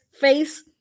face